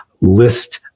list